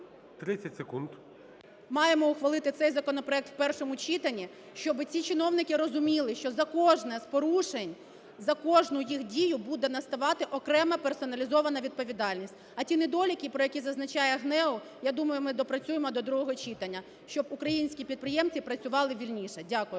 …маємо ухвалити цей законопроект в першому читанні, щоб ці чиновники розуміли, що за кожне з порушень, за кожну їх буде наставати окрема персоналізована відповідальність. А ті недоліки, про які зазначає ГНЕУ, я думаю ми доопрацюємо до другого читання, щоб українці підприємці працювали вільніше. Дякую.